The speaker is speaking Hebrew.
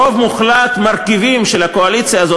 רוב מוחלט מהמרכיבים של הקואליציה הזאת